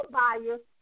buyers